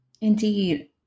Indeed